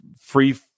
free